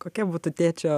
kokia būtų tėčio